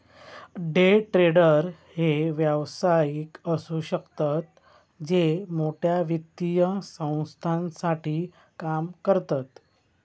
day trader हे व्यावसायिक असु शकतत जे मोठ्या वित्तीय संस्थांसाठी काम करतत